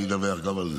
ואני אדווח גם על זה.